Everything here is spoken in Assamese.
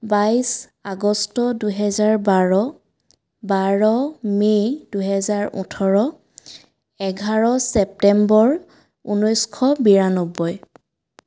বাইছ আগষ্ট দুহেজাৰ বাৰ বাৰ মে' দুহেজাৰ ওঠৰ এঘাৰ ছেপ্টেম্বৰ ঊনৈছশ বিৰান্নব্বৈ